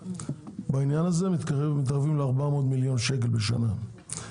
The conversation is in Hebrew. בעניין הזה מתקרב ל-400 מיליון שקל בשנה.